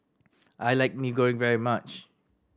I like Mee Goreng very much